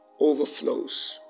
overflows